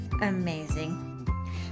amazing